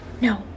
No